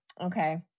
Okay